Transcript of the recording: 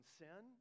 sin